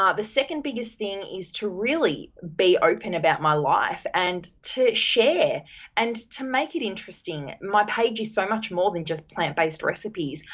ah the second biggest thing is to really be open about my life and to share and to make it interesting. my page is so much more than just plant based recipes.